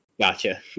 Gotcha